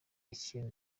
ikintu